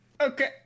Okay